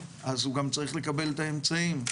הוא גם צריך לקבל את האמצעים.